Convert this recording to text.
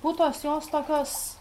putos jos tokios